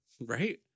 Right